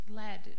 led